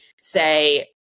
say